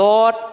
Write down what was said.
Lord